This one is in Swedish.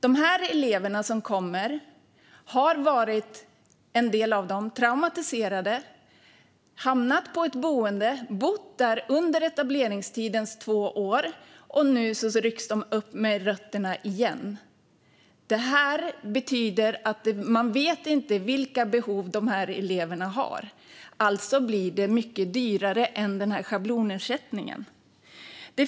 En del av de elever som kommer har varit traumatiserade, hamnat på ett boende och bott där under etableringstidens två år, och nu rycks de upp med rötterna igen. Det här betyder att man inte vet vilka behov dessa elever har. Alltså blir det mycket dyrare än schablonersättningen.